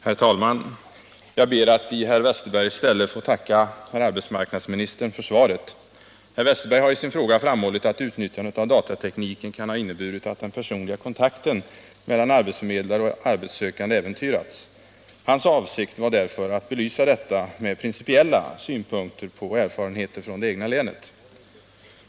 Herr talman! Jag ber att i herr Westerbergs ställe få tacka herr arbetsmarknadsministern för svaret. Herr Westerberg har i sin fråga framhållit att utnyttjandet av datatekniken kan ha inneburit att den personliga kontakten mellan arbetsförmedlare och arbetssökande äventyrats. Hans avsikt var därför att belysa detta med principiella synpunkter på erfarenheter från det egna länet.